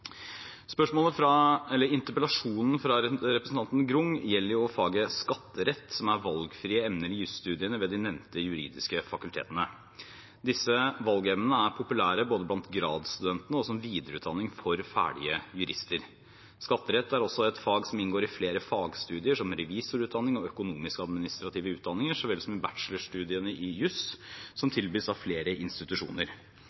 i jusstudiene ved de nevnte juridiske fakultetene. Disse valgemnene er populære både blant gradsstudentene og som videreutdanning for ferdige jurister. Skatterett er også et fag som inngår i flere fagstudier, som revisorutdanning og økonomisk-administrative utdanninger, så vel som bachelorstudiene i jus, som tilbys av flere institusjoner. Det finnes derfor fagpersoner i